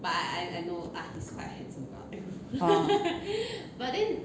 orh